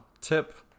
tip